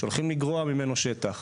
שהולכים לגרוע ממנו שטח.